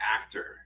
actor